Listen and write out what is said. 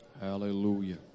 Hallelujah